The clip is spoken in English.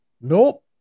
nope